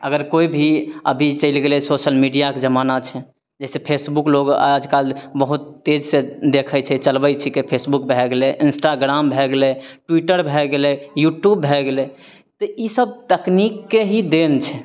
अगर कोइ भी अभी चैलि गेलै सोसल मीडियाके जमाना छै जैसे फेसबुक लोग आइकाल्हि बहुत तेजीसॅं देखै छै चलबै छै फेसबुक भए गेलै इन्स्टाग्राम भए गेलै ट्वीटर भए गेलै यूट्यूब भए गेलै जे इसब तकनीक के ही देन छै